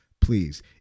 please